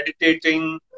meditating